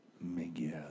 Miguel